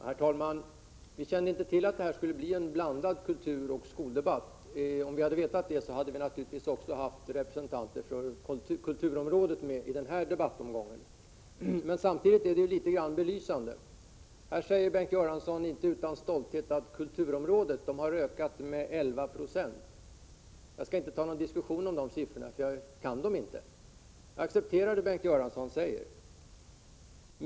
Herr talman! Vi kände inte till att detta skulle bli en blandad kulturoch skoldebatt. Om vi hade vetat det hade vi naturligtvis också haft med representanter för kulturområdet i den här debattomgången. Men samtidigt är det litet grand belysande. Här säger Bengt Göransson inte utan stolthet att kulturområdet har ökat med 11 96. Jag skall inte ta upp någon diskussion om de siffrorna, för jag kan dem inte. Jag accepterar det som Bengt Göransson säger.